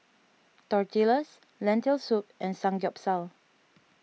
Tortillas Lentil Soup and Samgeyopsal